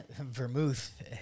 vermouth